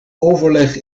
overleg